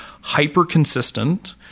hyper-consistent